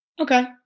Okay